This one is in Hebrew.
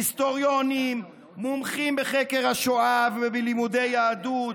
היסטוריונים, מומחים בחקר השואה ובלימודי יהדות,